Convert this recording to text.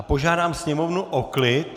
Požádám sněmovnu o klid.